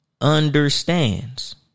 understands